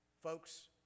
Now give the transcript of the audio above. Folks